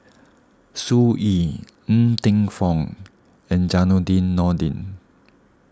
Sun Yee Ng Teng Fong and Zainudin Nordin